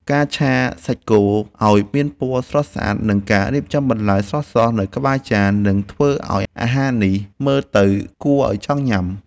ការឆាសាច់គោឱ្យមានពណ៌ស្រស់ស្អាតនិងការរៀបចំបន្លែស្រស់ៗនៅក្បែរចាននឹងធ្វើឱ្យអាហារនេះមើលទៅគួរឱ្យចង់ញ៉ាំ។